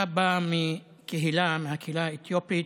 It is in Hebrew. אתה בא מהקהילה האתיופית,